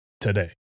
today